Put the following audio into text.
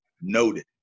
noted